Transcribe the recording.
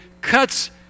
cuts